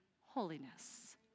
holiness